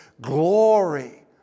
glory